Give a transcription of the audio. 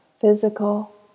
physical